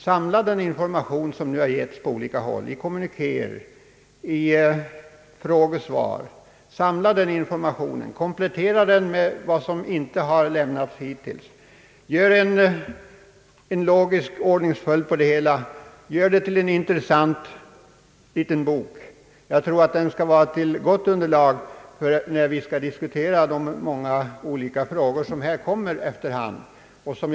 Samla den information som nu har givits ut på olika håll i kommunikéer och i frågesvar och komplettera den med vad som inte har lämnats hittills! Sammanställ det hela i en logisk ordningsföljd och gör det till en intressant liten bok! Jag tror att den kommer att vara ett gott underlag, när vi skall diskutera de många olika frågor på det näringspolitiska området som här kommer upp efter hand.